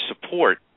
support